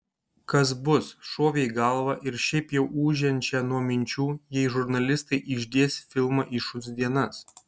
kas bus šovė į galvą ir šiaip jau ūžiančią nuo minčių jei žurnalistai išdės filmą į šuns dienas